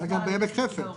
גם בעמק חפר.